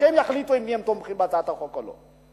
שהם יחליטו אם הם תומכים בהצעת החוק או לא.